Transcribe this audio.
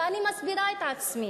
ואני מסבירה את עצמי.